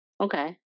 Okay